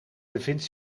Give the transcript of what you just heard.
bevindt